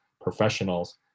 professionals